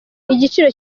igiciro